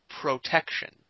protection